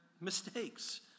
mistakes